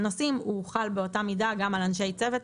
נוסעים והוא חל באותה מידה גם על אנשי צוות,